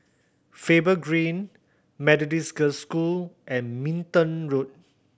Faber Green Methodist Girls' School and Minden Road